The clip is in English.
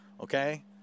Okay